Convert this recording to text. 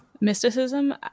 mysticism